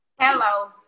Hello